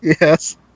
Yes